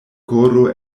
koro